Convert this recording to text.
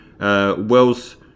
Wells